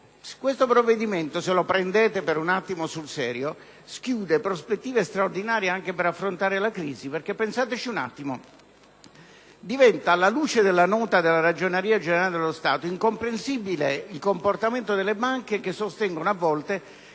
Questo provvedimento, se lo prendete per un attimo sul serio, schiude prospettive straordinarie anche per affrontare la crisi. Pensateci un attimo: alla luce della nota della Ragioneria Generale dello Stato, diventa incomprensibile il comportamento delle banche che sostengono, a volte,